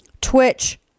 Twitch